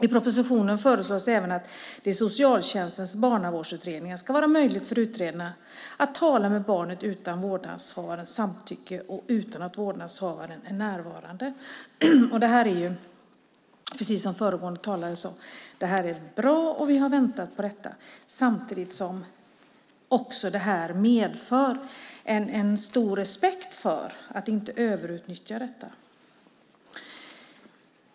I propositionen föreslås även att det i socialtjänstens barnavårdsutredningar ska vara möjligt för utredarna att tala med barnet utan vårdnadshavarens samtycke och utan att vårdnadshavaren är närvarande. Det här är bra, precis som föregående talare sade, och vi har väntat på det. Samtidigt medför det en stor respekt för att man inte får överutnyttja det.